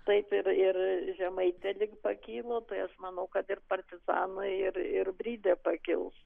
taip ir ir žemaitė lyg pakilo tai aš manau kad ir partizanai ir ir brydė pakils